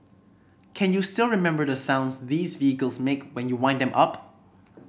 can you still remember the sounds these vehicles make when you wind them up